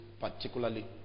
particularly